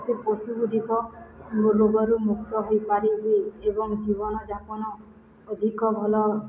ସେ ପଶୁଗୁଡ଼ିକ ରୋଗରୁ ମୁକ୍ତ ହୋଇପାରିବେ ଏବଂ ଜୀବନଯାପନ ଅଧିକ ଭଲ